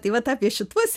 tai vat apie šituos